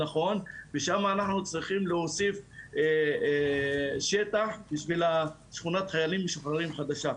נכון ושם אנחנו צריכים להוסיף שטח למען שכונת החיילים משוחררים החדשה.